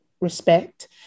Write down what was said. respect